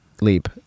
leap